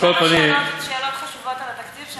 יש כמה שאלות חשובות על התקציב שאני,